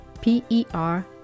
P-E-R